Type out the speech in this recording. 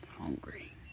hungry